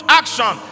action